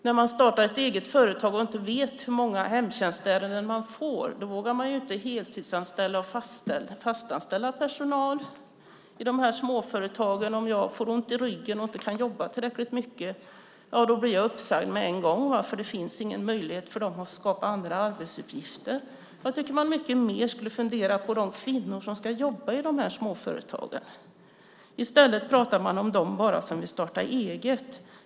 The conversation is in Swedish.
När man startar ett eget företag och inte vet hur många hemtjänstärenden man får vågar man inte heltidsanställa och fastanställa personal. Om någon får ont i ryggen och inte kan jobba tillräckligt blir den personen genast uppsagd eftersom det inte finns möjligheter för dessa små företag att skapa andra arbetsuppgifter. Jag tycker att man borde fundera mycket mer på de kvinnor som ska jobba i de här småföretagen. I stället pratar man bara om dem som vill starta eget.